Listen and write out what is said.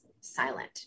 silent